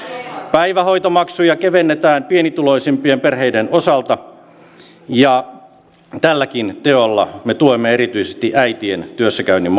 päivähoitomaksuja kevennetään pienituloisimpien perheiden osalta ja tälläkin teolla me tuemme erityisesti äitien työssäkäynnin